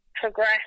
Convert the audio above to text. progress